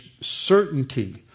certainty